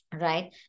right